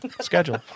schedule